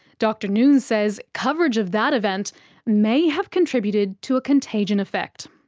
dr noon says coverage of that event may have contributed to a contagion effect.